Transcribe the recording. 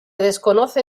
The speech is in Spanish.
desconoce